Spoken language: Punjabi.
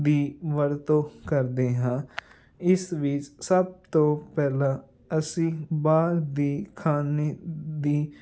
ਦੀ ਵਰਤੋਂ ਕਰਦੇ ਹਾਂ ਇਸ ਵਿੱਚ ਸਭ ਤੋਂ ਪਹਿਲਾਂ ਅਸੀਂ ਬਾਹਰ ਦੀ ਖਾਣੇ ਦੀ